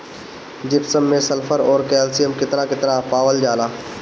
Gypsum मैं sulphur औरी calcium कितना कितना पावल जाला?